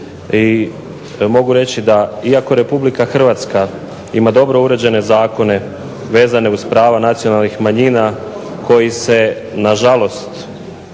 i mogu reći da iako Republika Hrvatska ima dobro uređene zakona vezane uz prava nacionalnih manjina koji se nažalost